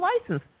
license